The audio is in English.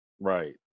Right